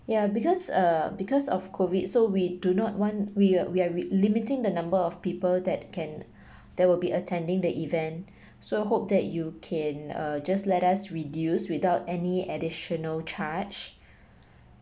ya because uh because of COVID so we do not want we're we are re~ limiting the number of people that can that will be attending the event so hope that you can uh just let us reduce without any additional charge